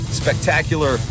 spectacular